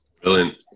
Brilliant